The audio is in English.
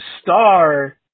Star